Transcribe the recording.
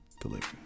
delivery